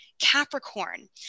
Capricorn